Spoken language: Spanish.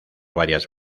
varias